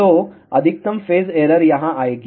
तो अधिकतम phase error यहाँ आएगी